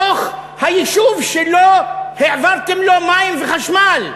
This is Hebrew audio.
בתוך היישוב שלו העברתם לו מים וחשמל.